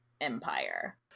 empire